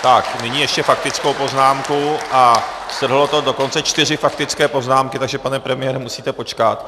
Nyní ještě faktickou poznámku a strhlo to dokonce čtyři faktické poznámky, takže pane premiére, musíte počkat.